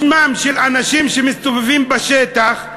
בשמם של אנשים שמסתובבים בשטח,